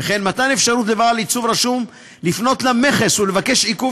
וכן מתן אפשרות לבעל עיצוב רשום לפנות למכס ולבקש עיכוב